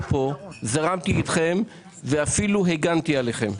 כאן זרמתי אתכם ואפילו הגנתי עליכם.